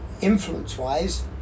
influence-wise